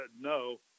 no